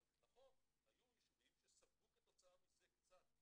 אבל נכון, היו יישובים שספגו כתוצאה מזה קצת,